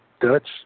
Dutch